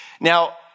Now